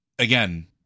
Again